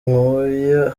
nkuye